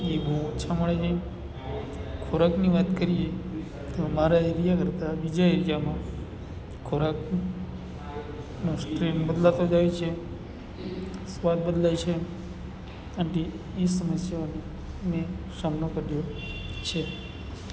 એ બહુ ઓછા મળે છે ખોરાકની વાત કરીએ તો મારા એરિયા કરતાં બીજા એરિયામાં ખોરાકનો સ્ટ્રેન્ડ બદલાતો જાય છે સ્વાદ બદલાય છે આથી એ સમસ્યાઓનો મેં સામનો કર્યો છે